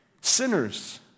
Sinners